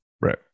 Right